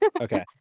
Okay